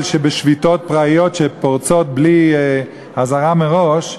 שבשביתות פראיות שפורצות בלי אזהרה מראש,